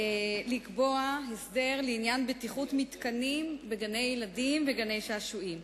לקבוע הסדר לעניין בטיחות מתקנים בגני-ילדים ובגני שעשועים.